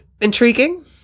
intriguing